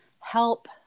help